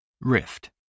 Rift